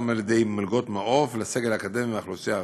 גם על-ידי מלגות מעו"ף לסגל אקדמי מצטיין מהאוכלוסייה הערבית.